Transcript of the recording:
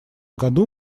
году